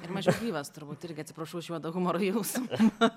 ir mažiau gyvas turbūt irgi atsiprašau už juodą humoro jausmą